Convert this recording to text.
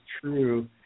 true